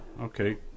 Okay